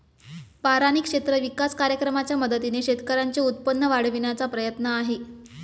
बारानी क्षेत्र विकास कार्यक्रमाच्या मदतीने शेतकऱ्यांचे उत्पन्न वाढविण्याचा प्रयत्न आहे